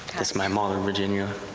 my mother, virginia.